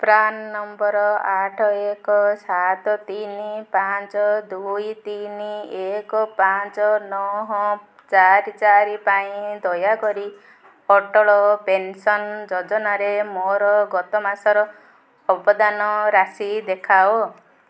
PRAN number ଆଠ ଏକ ସାତ ତିନି ପାଞ୍ଚ ଦୁଇ ତିନି ଏକ ପାଞ୍ଚ ନହ ଚାରି ଚାରି ପାଇଁ ଦୟାକରି ଅଟଳ ପେନ୍ସନ୍ ଯୋଜନାରେ ମୋର ଗତ ମାସର ଅବଦାନ ରାଶି ଦେଖାଅ